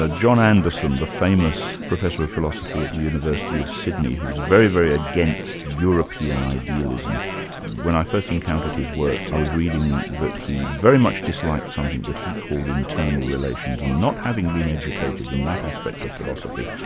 ah john anderson, the famous professor of philosophy at the university of sydney, who's very, very against european idealism when i first encountered his work i was reading that he very much disliked something that he called internal relations, and not having been educated in that aspect of philosophy,